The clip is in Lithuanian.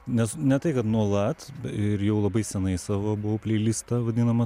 nes ne tai kad nuolat ir jau labai senai savo buvau pleilistą vadinamą